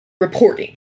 reporting